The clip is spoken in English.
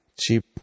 cheap